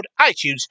iTunes